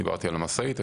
דיברתי על המשאית,